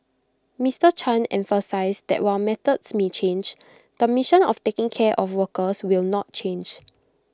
Mister chan emphasised that while methods may change the mission of taking care of workers will not change